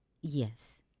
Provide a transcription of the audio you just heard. Yes